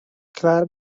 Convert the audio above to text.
klar